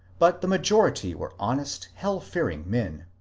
but the majority were honest, hell-fearing men.